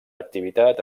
activitat